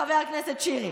חבר הכנסת שירי,